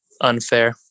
unfair